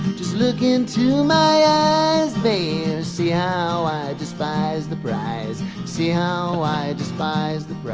just look into my eyes, babe, see ah how i despise the prize, see how i despise the